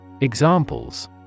Examples